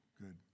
Good